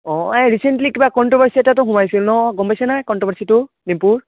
অ' এ ৰিচেন্টলি কিবা কন্ট্ৰভাৰ্চি এটাত সোমাইছিল ন কিবা গম পাইছেনে কন্ট্ৰভাৰ্চিটো ডিম্পুৰ